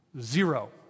Zero